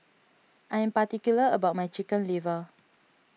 I am particular about my Chicken Liver